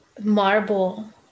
Marble